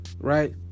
Right